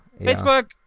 Facebook